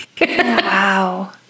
Wow